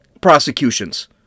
prosecutions